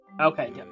Okay